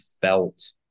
felt